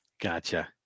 Gotcha